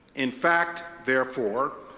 in fact, therefore,